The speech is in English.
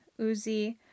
Uzi